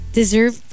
deserve